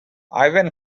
ivan